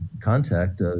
contact